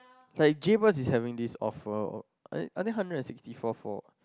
like is having this offer I I think hundred and sixty four four